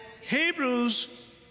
Hebrews